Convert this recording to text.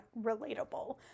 relatable